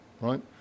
right